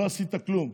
לא עשית כלום.